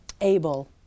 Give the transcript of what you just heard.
able